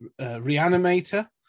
Reanimator